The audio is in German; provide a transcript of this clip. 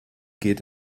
geht